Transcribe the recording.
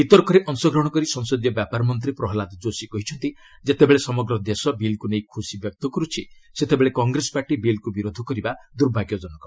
ବିତର୍କରେ ଅଂଶଗ୍ରହଣ କରି ସଂସଦୀୟ ବ୍ୟାପାର ମନ୍ତ୍ରୀ ପ୍ରହଲାଦ ଯୋଶୀ କହିଛନ୍ତି ଯେତେବେଳେ ସମଗ୍ର ଦେଶ ବିଲ୍କୁ ନେଇ ଖୁସି ବ୍ୟକ୍ତ କରୁଛି ସେତେବେଳେ କଂଗ୍ରେସ ପାର୍ଟି ବିଲ୍କୁ ବିରୋଧ କରିବା ଦୁର୍ଭାଗ୍ୟ ଜନକ